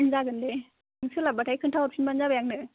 जागोन दे नों सोलाब्बाथाय खोन्था हरफिनबानो जाबाय आंनो